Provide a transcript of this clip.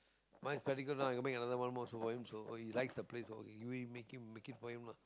my spectacles ah can make another one more also for him so he likes that place so make him make it for him lah